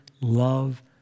love